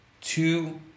Two